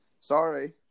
Sorry